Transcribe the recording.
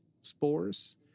spores